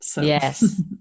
Yes